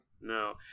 No